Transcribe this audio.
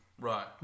Right